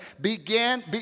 began